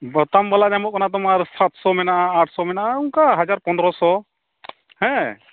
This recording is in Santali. ᱵᱳᱛᱟᱢᱵᱟᱞᱟ ᱧᱟᱢᱚᱜ ᱠᱟᱱᱟ ᱛᱳᱢᱟᱨ ᱥᱟᱛᱥᱳ ᱢᱮᱱᱟᱜᱼᱟ ᱟᱴᱥᱳ ᱢᱮᱱᱟᱜᱼᱟ ᱚᱱᱠᱟ ᱦᱟᱡᱟᱨ ᱯᱚᱱᱫᱨᱚᱥᱚ ᱦᱮᱸ